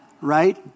Right